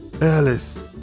Alice